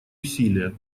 усилия